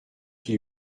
qui